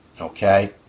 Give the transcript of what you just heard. okay